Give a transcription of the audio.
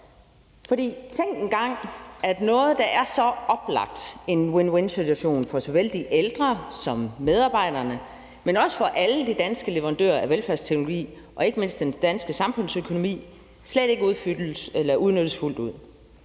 For tænk engang, at noget, der så oplagt er en win-win-situation for såvel de ældre som medarbejderne, men også for alle de danske leverandører af velfærdsteknologi og ikke mindst den danske samfundsøkonomi, slet ikke udnyttes fuldt ud,